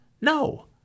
No